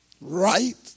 right